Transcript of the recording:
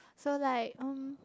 so like um